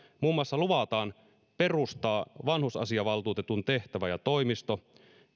muun muassa luvataan perustaa vanhusasiavaltuutetun tehtävä ja toimisto